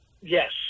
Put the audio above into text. Yes